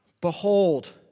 Behold